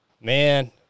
Man